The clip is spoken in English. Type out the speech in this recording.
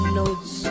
notes